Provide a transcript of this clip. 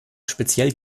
speziell